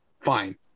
Fine